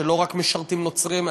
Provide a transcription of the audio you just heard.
שלא רק משרתים נוצרים,